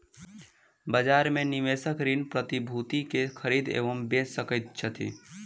बजार में निवेशक ऋण प्रतिभूति के खरीद एवं बेच सकैत छथि